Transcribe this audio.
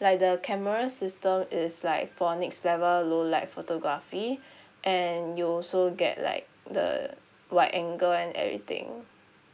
like the camera system is like for next level low light photography and you also get like the wide angle and everything